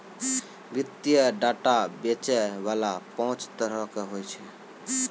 वित्तीय डेटा बेचै बाला पांच तरहो के होय छै